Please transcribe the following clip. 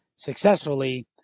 successfully